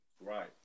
Right